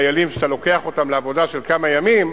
דיילים שאתה לוקח אותם לעבודה של כמה ימים,